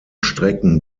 strecken